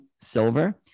Silver